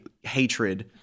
hatred